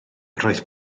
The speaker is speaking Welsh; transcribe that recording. roedd